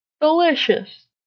Delicious